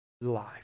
life